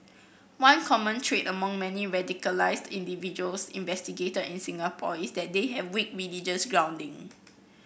one common trait among many radicalised individuals investigated in Singapore is that they have weak religious grounding